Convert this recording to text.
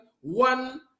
One